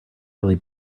really